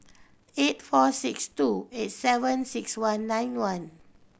eight four six two eight seven six one nine one